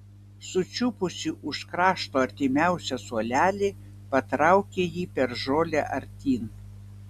sučiupusi už krašto artimiausią suolelį patraukė jį per žolę artyn